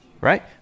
right